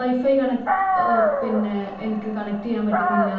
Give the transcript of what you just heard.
wifi കണക് പിന്നെ എനിക്ക് കണക്റ്റ് ചെയ്യാൻ പറ്റുന്നില്ല